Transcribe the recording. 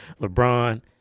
LeBron